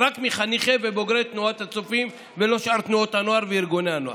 רק מחניכי ובוגרי תנועות הצופים ולא משאר תנועות הנוער וארגוני הנוער?